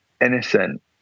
innocent